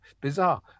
Bizarre